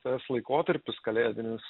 tas laikotarpis kalėdinis